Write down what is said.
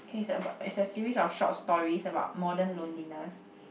okay it's about it's a series of short stories about modern loneliness